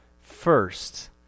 first